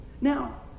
Now